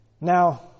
Now